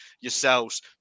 yourselves